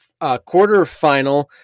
quarterfinal